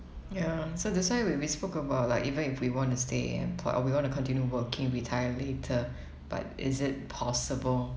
ya so that's why we we spoke about like even if we want to stay employed or we want to continue working retire later but is it possible